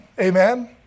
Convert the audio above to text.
Amen